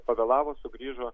pavėlavo sugrįžo